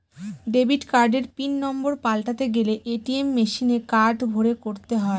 debit কার্ডের pin number পাল্টাতে গেলে এ.টি.এম মেশিনে কার্ড ভোরে করতে হয়